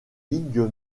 ligues